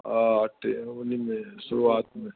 हा टे उन में शुरूआत में